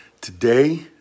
Today